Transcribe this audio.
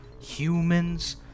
humans